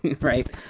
right